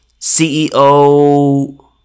CEO